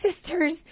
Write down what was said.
sisters